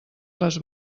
les